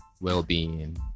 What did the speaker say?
well-being